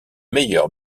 meilleur